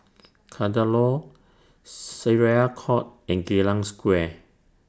Kadaloor Syariah Court and Geylang Square